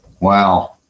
Wow